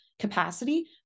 Capacity